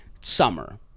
summer